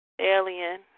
Alien